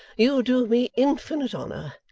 you do me infinite honour!